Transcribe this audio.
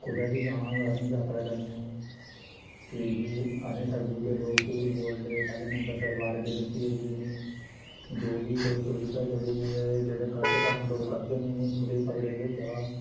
कुदै बी जाना होऐ असेें यात्रा करने गी की गी असेंई ठग्गी ओड़दे लोक झूठ बोलदे पैह्ले नंबर सरकार अग्गें विनती ऐ कि इ'नेंई जो बी कोई सुविधा जेह्ड़ी ऐ एह् जेह्ड़े गलत कम्म लोक करदे न इ'नें ई थोह्ड़ा पकड़ेआ जा